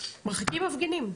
מרחיקים מפגינים.